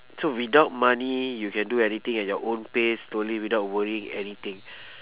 so without money you can do anything at your own pace slowly without worrying anything